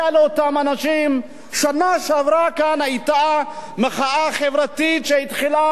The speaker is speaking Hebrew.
בשנה שעברה היתה כאן מחאה חברתית שהתחילה בנושא של הדיור,